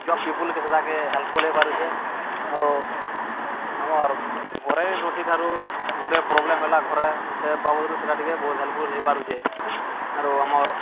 job ପିପୁଲ୍କେ ସେଟାକେ helpful ହୋଇପାରୁଛେ ଆଉ ଆମର୍ ଘରେ ରୋଷେଇଠାରୁ ଗୋଟେ ପ୍ରୋବ୍ଲେମ୍ ହେଲା ଘରେ ସେ ବାବଦରୁ ସେଟା ଟିକେ ବହୁତ ହେଲ୍ପଫୁଲ୍ ହୋଇପାରୁଛେ ଆରୁ